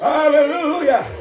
Hallelujah